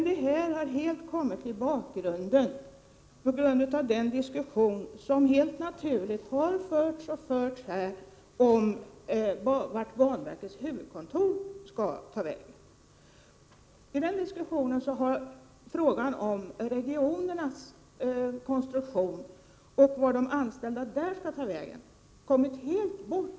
Det har kommit helt i skymundan på grund av den diskussion som helt naturligt har förts och här förs om vart banverkets huvudkontor skall ta vägen. I den diskussionen har frågan om regionernas konstruktion och vart de anställda skall ta vägen helt kommit bort.